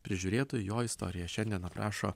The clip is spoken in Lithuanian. prižiūrėtoju jo istoriją šiandien rašo